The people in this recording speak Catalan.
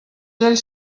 ells